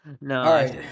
No